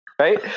Right